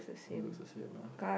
looks the same ah